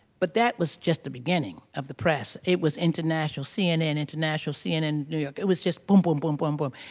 but that was just the beginning of the press. it was international cnn international, cnn new york. it was just boom-boom-boom-boom-boom.